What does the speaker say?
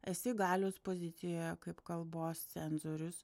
esi galios pozicijoje kaip kalbos cenzorius